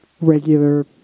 regular